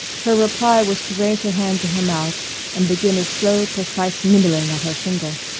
her reply was to raise her hand to her mouth and begin a slow, precise nibbling at her finger.